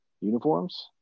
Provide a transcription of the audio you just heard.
Uniforms